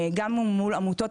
גם מול עמותות,